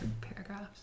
paragraphs